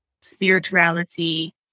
spirituality